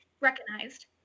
recognized